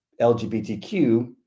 lgbtq